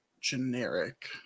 generic